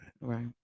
Right